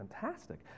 fantastic